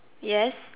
yes